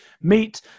meet